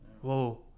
Whoa